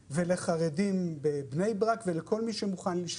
ולחרדים בבני ברק ולכל מי שמוכן לשמוע,